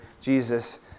Jesus